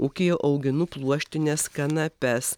ūkyje auginu pluoštines kanapes